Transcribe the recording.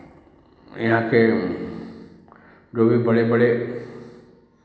यहाँ के जो भी बड़े बड़े